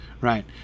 right